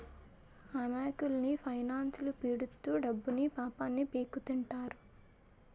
అమాయకుల్ని ఫైనాన్స్లొల్లు పీడిత్తు డబ్బుని, పానాన్ని పీక్కుతింటారు